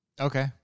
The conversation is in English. okay